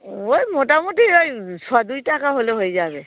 ওই মোটামুটি ওই শ দুই টাকা হলে হয়ে যাবে